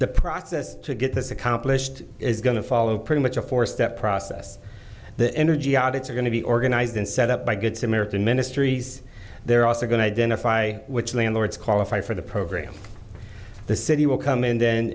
the process to get this accomplished is going to follow pretty much a four step process the energy audits are going to be organized and set up by good samaritan ministries they're also going to identify which landlords qualify for the program the city will come in then